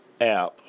app